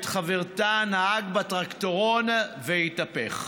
שנהג בטרקטורון והרכיב אותה ואת חברתה, התהפך.